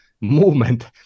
movement